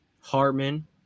Hartman